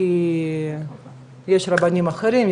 כי יש רבנים אחרים,